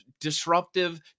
disruptive